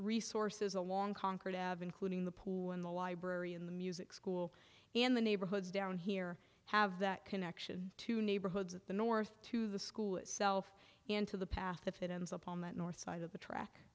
resources along concord have including the pool in the library in the music school and the neighborhoods down here have that connection to neighborhoods at the north to the school itself into the path if it ends up on that north side of the track